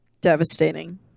Devastating